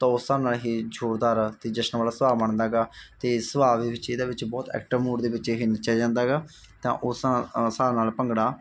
ਤਾਂ ਉਸ ਹਿਸਾਬ ਨਾਲ ਇਹ ਜ਼ੋਰਦਾਰ ਅਤੇ ਜਸ਼ਨ ਵਾਲਾ ਸੁਭਾਵ ਬਣਦਾ ਹੈਗਾ ਅਤੇ ਸੁਭਾਅ ਦੇ ਵਿੱਚ ਇਹਦੇ ਵਿੱਚ ਬਹੁਤ ਐਕਟਿਵ ਮੋਡ ਦੇ ਵਿੱਚ ਇਹ ਨੱਚਿਆ ਜਾਂਦਾ ਗਾ ਤਾਂ ਉਸ ਹਿਸਾਬ ਨਾਲ ਭੰਗੜਾ